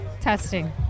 Testing